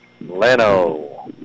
Leno